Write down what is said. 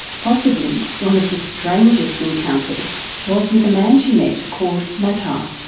possibly one of the strangest encounters was with a man she met called matar.